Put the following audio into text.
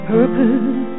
Purpose